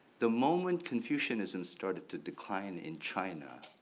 the moment confucianism started to decline in china,